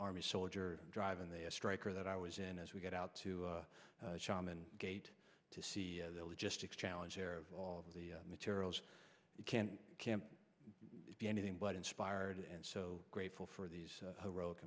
rmy soldier driving the striker that i was in as we got out to shaman gate to see the logistics challenge there all the materials you can't can't be anything but inspired and so grateful for these roque